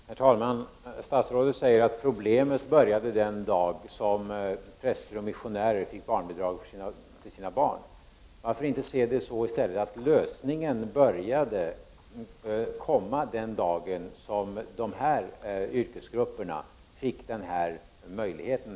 Herr talman! Statsrådet säger att problemet började den dag som präster och missionärer fick barnbidrag till sina barn. Varför inte se det så att lösningen började den dag som de här yrkesgrupperna fick denna rätt?